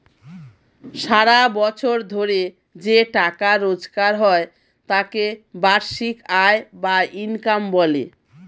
সারা বছর ধরে যে টাকা রোজগার হয় তাকে বার্ষিক আয় বা ইনকাম বলে